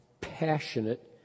passionate